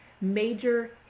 major